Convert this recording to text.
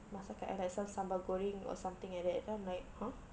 masakkan I like some sambal goreng or something like that then I'm like !huh!